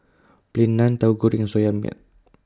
Plain Naan Tahu Goreng and Soya Milk